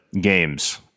games